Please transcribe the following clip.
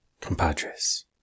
compadres